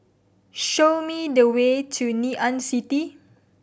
show me the way to Ngee Ann City